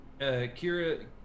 Kira